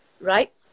right